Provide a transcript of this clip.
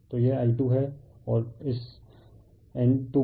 तो यह I2 है और इस N2 पर